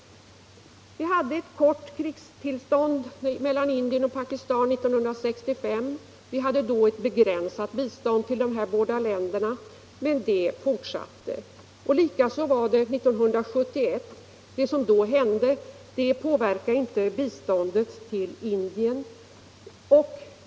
Det var ett kort krigstillstånd mellan Indien och Pakistan 1965. Vi hade då ett begränsat bistånd till dessa båda länder, men det fortsatte. Vad som hände 1971 påverkade inte heller biståndet till Indien.